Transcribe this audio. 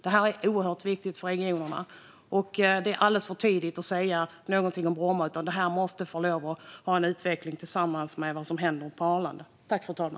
Det är oerhört viktigt för regionerna. Det är alldeles för tidigt att säga någonting om Bromma. Det måste få lov att ha en utveckling tillsammans med vad som händer på Arlanda.